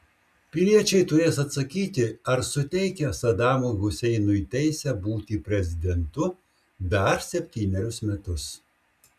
piliečiai turės atsakyti ar suteikia sadamui huseinui teisę būti prezidentu dar septynerius metus